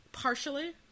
Partially